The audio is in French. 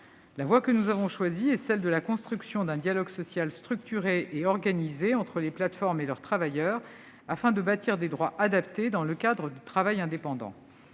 La voie que nous avons choisie est celle de la construction d'un dialogue social structuré et organisé entre les plateformes et leurs travailleurs, afin de bâtir des droits adaptés dans le cadre du travail indépendant.